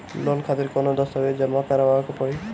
Loan खातिर कौनो दस्तावेज जमा करावे के पड़ी?